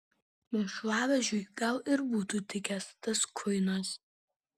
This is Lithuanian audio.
mėšlavežiui gal ir būtų tikęs tas kuinas